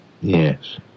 Yes